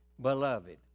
Beloved